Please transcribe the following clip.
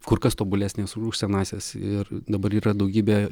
kur kas tobulesnės už senąsias ir dabar yra daugybė